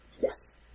Yes